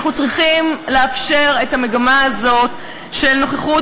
אנחנו צריכים לאפשר את המגמה הזאת של נוכחות